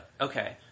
Okay